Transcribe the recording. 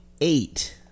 eight